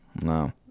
no